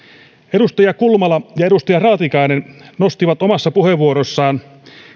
edustaja kulmala ja edustaja raatikainen nostivat omassa puheenvuorossaan